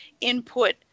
input